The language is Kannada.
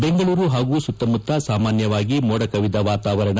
ಬೆಂಗಳೂರು ಮತ್ತು ಸುತ್ತಮುತ್ತ ಸಾಮಾನ್ಯವಾಗಿ ಮೋಡ ಕವಿದ ವಾತಾವರಣ